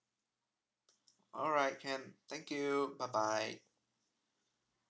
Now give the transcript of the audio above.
alright can thank you bye bye